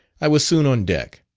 i was soon on deck.